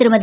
திருமதி